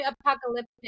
apocalyptic